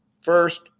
first-